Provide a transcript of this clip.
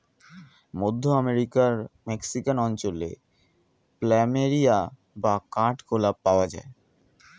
মধ্য আমেরিকার মেক্সিকান অঞ্চলে প্ল্যামেরিয়া বা কাঠ গোলাপ পাওয়া যায়